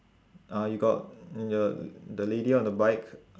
uh you got th~ the lady on the bike